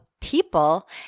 people